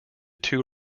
two